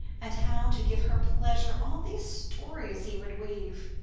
and how, to give her pleasure, all these stories he would weave